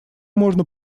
можно